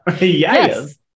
Yes